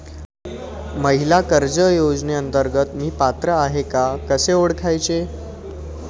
महिला कर्ज योजनेअंतर्गत मी पात्र आहे का कसे ओळखायचे?